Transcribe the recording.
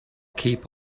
keep